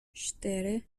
cztery